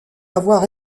avoir